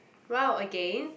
wow again